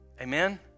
amen